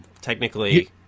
technically